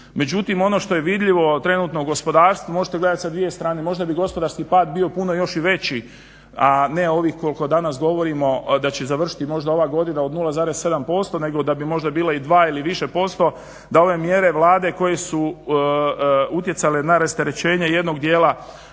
Međutim ono što je vidljivo trenutno u gospodarstvu možete gledati sa dvije strane, možda bi gospodarski pad bio puno još i veći, a ne ovih koliko danas govorimo da će završiti možda ova godina od 0,7% nego da bi možda bila ili 2 ili više posto, da ove mjere Vlade koje su utjecale na rasterećenje jednog dijela